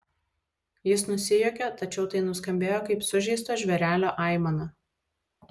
jis nusijuokė tačiau tai nuskambėjo kaip sužeisto žvėrelio aimana